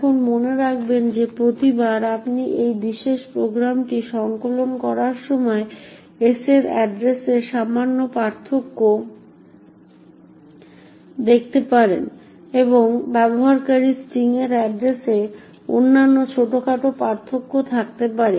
এখন মনে রাখবেন যে প্রতিবার আপনি এই বিশেষ প্রোগ্রামটি সংকলন করার সময় s এর এড্রেসসে সামান্য পার্থক্য থাকতে পারে এবং ব্যবহারকারীর স্ট্রিং এর এড্রেসে অন্যান্য ছোটখাটো পার্থক্য থাকতে পারে